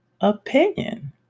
opinion